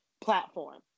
platform